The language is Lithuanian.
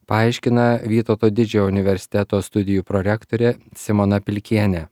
paaiškina vytauto didžiojo universiteto studijų prorektorė simona pilkienė